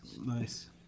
Nice